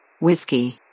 Whiskey